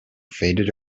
faded